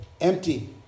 empty